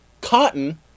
Cotton